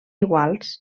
iguals